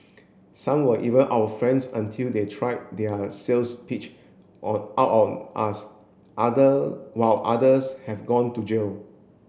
some were even our friends until they tried their sales pitch or out on us other while others have gone to jail